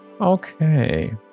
Okay